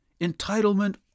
Entitlement